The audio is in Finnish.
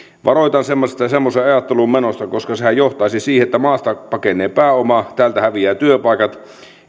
varoitan semmoiseen ajatteluun menosta koska sehän johtaisi siihen että maasta pakenee pääoma täältä häviävät työpaikat